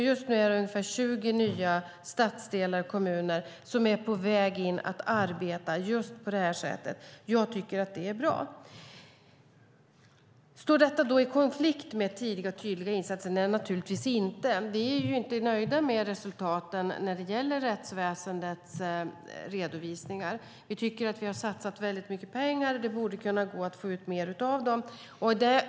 Just nu är det ungefär 20 nya stadsdelar och kommuner som är på väg in för att arbeta på det här sättet. Jag tycker att det är bra. Står detta då i konflikt med tidiga och tydliga insatser? Nej, naturligtvis inte. Vi är inte nöjda med resultaten när det gäller rättsväsendets redovisningar. Vi tycker att vi har satsat väldigt mycket pengar, och det borde kunna gå att få ut mer av dem.